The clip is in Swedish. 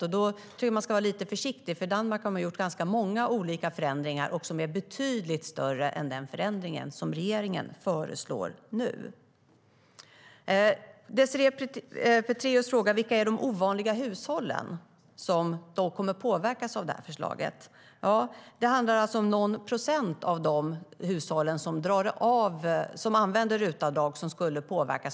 Där tror jag att man ska vara lite försiktig, för i Danmark har man gjort ganska många olika förändringar som är betydligt större än den som regeringen nu föreslår. Désirée Pethrus frågar vilka de ovanliga hushåll är som kommer att påverkas av det här förslaget. Det handlar om någon procent av de hushåll som gör RUT-avdrag som skulle påverkas.